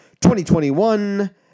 2021